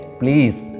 please